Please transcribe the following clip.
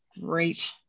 great